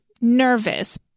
nervous